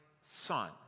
son